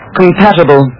compatible